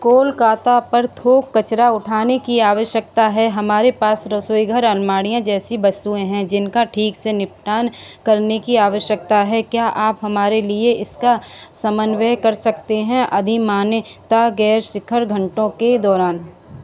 कोलकाता पर थोक कचरा उठाने की आवश्यकता है हमारे पास रसोईघर अलमारियाँ जैसी वस्तुएँ हैं जिनका ठीक से निपटान करने की आवश्यकता है क्या आप हमारे लिए इसका समन्वय कर सकते हैं अधिमानतः गैर शिखर घंटों के दौरान